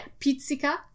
Pizzica